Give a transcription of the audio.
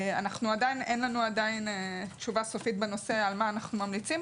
עדיין אין לנו תשובה סופית בנושא ועל מה אנחנו ממליצים,